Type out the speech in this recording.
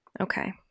Okay